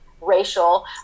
racial